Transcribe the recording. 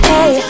Hey